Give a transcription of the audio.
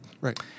Right